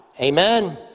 Amen